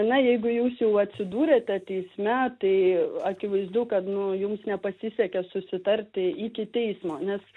na jeigu jūs jau atsidūrėte teisme tai akivaizdu kad nu jums nepasisekė susitarti iki teismo nes